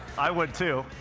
i would, too.